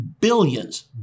billions